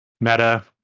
Meta